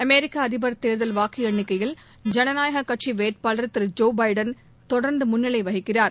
அமெரிக்க அதிடர் தேர்தல் வாக்கு எண்ணிக்கையில் ஜனநாயக கட்சி வேட்பாளர் திரு ஜோ பைடன் தொடர்ந்து முன்னிலை வகிக்கிறார்